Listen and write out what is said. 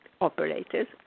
operators